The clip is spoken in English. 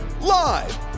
Live